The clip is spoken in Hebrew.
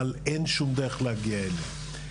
אבל אין שום דרך להגיע אליהם,